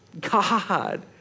God